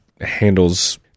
handles